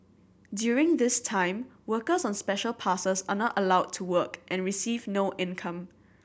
during this time workers on Special Passes are not allowed to work and receive no income